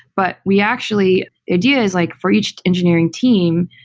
but we actually idea is like for each engineering team,